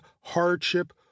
hardship